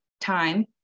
time